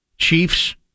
Chiefs